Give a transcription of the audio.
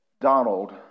Donald